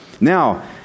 Now